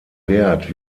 wert